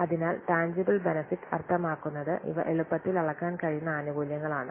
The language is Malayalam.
അതിനാൽ ടാൻജിബിൽ ബെനെഫിറ്റ് അർത്ഥമാക്കുന്നത് ഇവ എളുപ്പത്തിൽ അളക്കാൻ കഴിയുന്ന ആനുകൂല്യങ്ങളാണ്